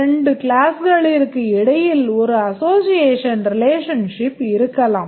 இரண்டு class களிற்கு இடையில் ஒரு association relationship இருக்கலாம்